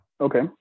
Okay